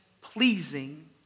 pleasing